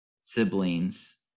siblings